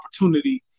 opportunity